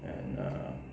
and uh